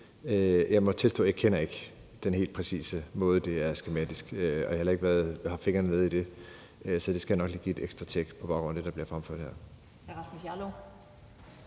Jeg må tilstå, at jeg ikke kender den helt præcise måde, skemaet fungerer på, og jeg har heller ikke haft fingrene nede i det. Så det skal jeg nok lige give et ekstra tjek på baggrund af det, der bliver fremført her.